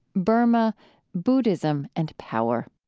burma buddhism and power.